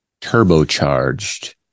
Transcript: turbocharged